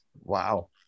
Wow